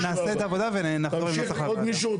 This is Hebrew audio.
אנחנו נעשה את העבודה ונחזור עם נוסח לוועדה.